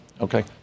Okay